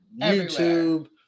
YouTube